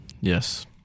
Yes